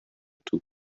tout